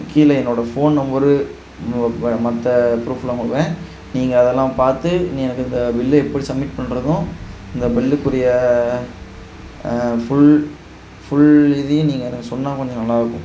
கீழே என்னோடய phone number இன்னும் ப மற்ற ப்ரூஃப்பெலாம் கொடுக்கறேன் நீங்கள் அதெல்லாம் பார்த்து நீ எனக்கு இந்த பில்லை எப்படி சம்மிட் பண்ணுறதும் இந்த பில்லுக்குரிய ஃபுல் ஃபுல் இதையும் நீங்கள் எனக்கு சொன்னால் கொஞ்சம் நல்லா இருக்கும்